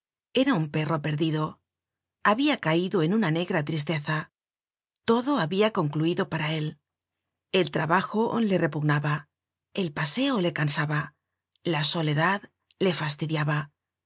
era un perro perdido habia caido en una negra tristeza todo habia concluido para él el trabajo le repugnaba el paseo le cansaba la soledad le fastidiaba